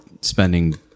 spending